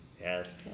Yes